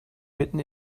mitten